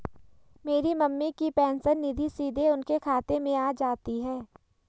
मेरी मम्मी की पेंशन निधि सीधे उनके खाते में आ जाती है